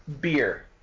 beer